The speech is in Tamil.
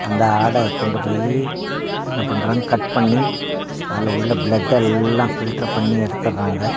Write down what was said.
அந்த ஆட்டை கொண்டு போயி என்ன பண்ணுறாங்க கட் பண்ணி அதில் உள்ள ப்ளெட் எல்லாம் ஃபில்ட்ரு பண்ணி எடுத்துர்றாங்க